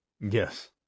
Yes